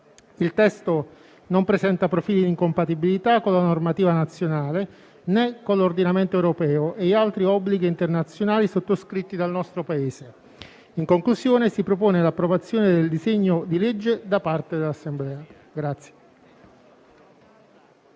Il testo non presenta profili di incompatibilità con la normativa nazionale, né con l'ordinamento europeo e gli altri obblighi internazionali sottoscritti dal nostro Paese. In conclusione, si propone l'approvazione del disegno di legge da parte dell'Assemblea.